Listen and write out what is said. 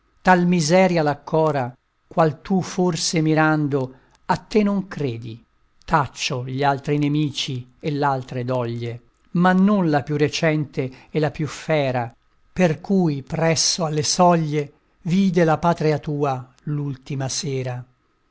tal miseria l'accora qual tu forse mirando a te non credi taccio gli altri nemici e l'altre doglie ma non la più recente e la più fera per cui presso alle soglie vide la patria tua l'ultima sera